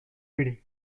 reading